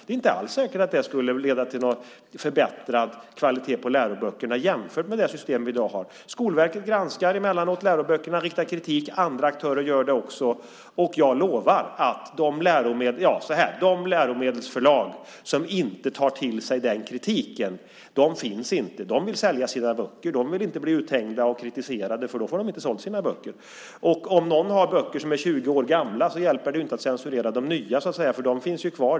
Det är inte alls säkert att det skulle leda till en förbättrad kvalitet på läroböckerna jämfört det system vi har i dag. Skolverket granskar emellanåt läroböckerna och riktar kritik. Andra aktörer gör det också. Jag lovar att de läromedelsförlag som inte tar till sig den kritiken inte finns. De vill sälja sina böcker. De vill inte bli uthängda och kritiserade, för då får de inte sina böcker sålda. Om någon har böcker som är 20 år gamla hjälper det inte att censurera de nya, för de gamla finns ju kvar.